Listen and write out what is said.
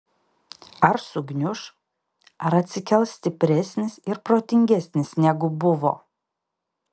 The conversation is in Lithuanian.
ar sugniuš ar atsikels stipresnis ir protingesnis negu buvo